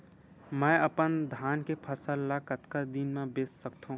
मैं अपन धान के फसल ल कतका दिन म बेच सकथो?